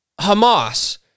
Hamas